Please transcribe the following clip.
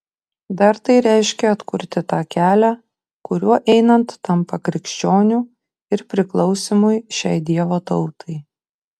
dar tai reiškia atkurti tą kelią kuriuo einant tampa krikščioniu ir priklausymui šiai dievo tautai